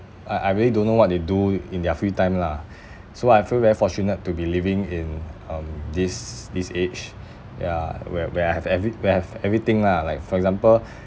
I I really don't know what they do in their free time lah so I feel very fortunate to be living in um this this age ya where where I have every where I have everything lah like for example